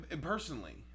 personally